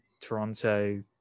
Toronto